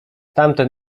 tamten